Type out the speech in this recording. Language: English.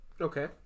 Okay